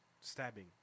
stabbing